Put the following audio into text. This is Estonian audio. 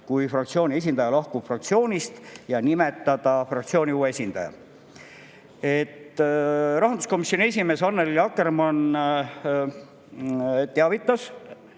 kui fraktsiooni esindaja lahkub fraktsioonist, ja nimetada fraktsiooni uue esindaja. Rahanduskomisjoni esimees Annely Akkermann teavitas